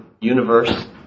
universe